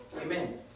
Amen